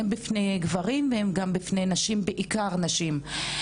הן בפני גברים, וגם בפני נשים, בעיקר נשים.